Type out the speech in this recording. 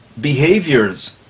behaviors